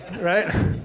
right